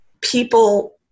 people